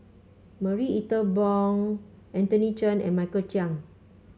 Marie Ethel Bong Anthony Chen and Michael Chiang